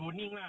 mm